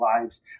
lives